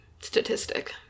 statistic